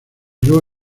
luego